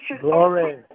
Glory